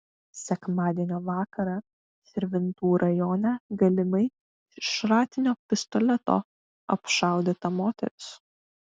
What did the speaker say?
sekmadienio vakarą širvintų rajone galimai iš šratinio pistoleto apšaudyta moteris